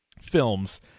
films